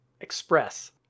express